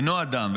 אינו אדם.